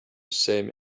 same